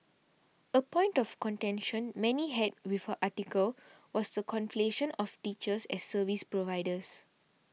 a point of contention many had with her article was the conflation of teachers as service providers